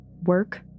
work